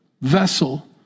vessel